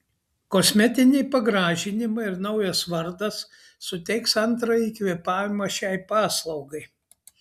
kosmetiniai pagražinimai ir naujas vardas suteiks antrąjį kvėpavimą šiai paslaugai